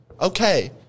Okay